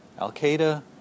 Al-Qaeda